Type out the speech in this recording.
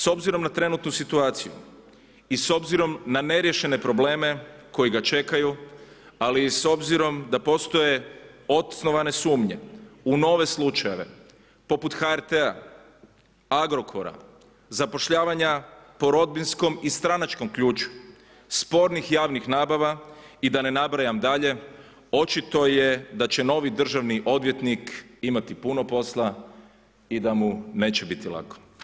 S obzirom na trenutnu situaciju i s obzirom na neriješen probleme koji ga čekaju ali i s obzirom da postoje osnovane sumnje u nove slučajeve poput HRT-a, Agrokora, zapošljavanja po rodbinskom i stranačkom ključu, spornih javnih nabava i da ne nabrajam dalje, očito je da će novi državni odvjetnik imati puno posla i da mu neće biti lako.